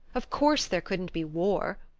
of course there couldn't be war!